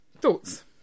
thoughts